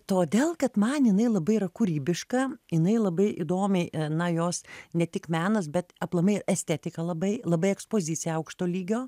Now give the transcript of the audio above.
todėl kad man jinai labai yra kūrybiška jinai labai įdomiai na jos ne tik menas bet aplamai estetika labai labai ekspozicija aukšto lygio